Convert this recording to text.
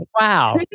wow